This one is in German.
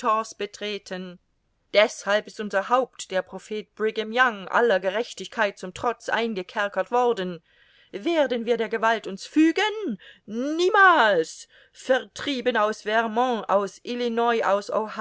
betreten deshalb ist unser haupt der prophet brigham young aller gerechtigkeit zum trotz eingekerkert worden werden wir der gewalt uns fügen niemals vertrieben aus vermont aus